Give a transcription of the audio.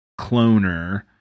cloner